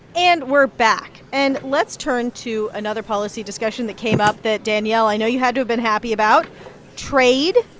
and we're back. and let's turn to another policy discussion that came up that, danielle, i know you had to have been happy about trade.